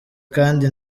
kandi